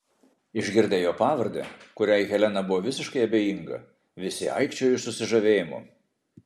išgirdę jo pavardę kuriai helena buvo visiškai abejinga visi aikčiojo iš susižavėjimo